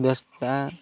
ଦଶଟା